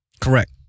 Correct